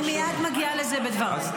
אני מייד מגיעה לזה בדבריי.